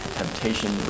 temptation